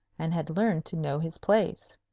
and had learned to know his place.